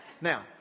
Now